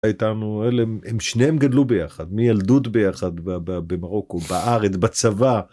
הייתה לנו אלה, הם שניהם גדלו ביחד, מילדות ביחד, במרוקו, בארץ, בצבא.